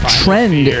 trend